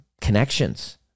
connections